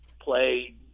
play